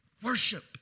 Worship